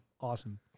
Awesome